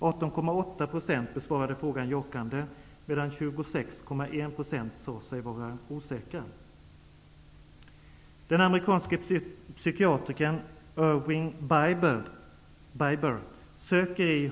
18,8 % besvarade frågan jakande, medan 26,1 % sade sig vara osäkra.